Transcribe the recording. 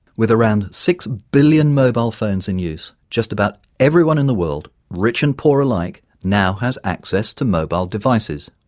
with around six billion mobile phones in use, just about everyone in the world, rich and poor alike, now has access to mobile devices.